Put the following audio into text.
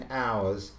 hours